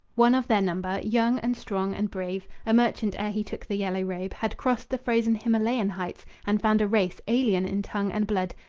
one of their number, young and strong and brave, a merchant ere he took the yellow robe, had crossed the frozen himalayan heights and found a race, alien in tongue and blood,